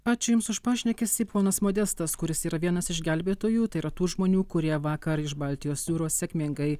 ačiū jums už pašnekesį ponas modestas kuris yra vienas iš gelbėtojų tai yra tų žmonių kurie vakar iš baltijos jūros sėkmingai